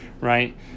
right